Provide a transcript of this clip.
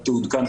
הדיון.